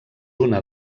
una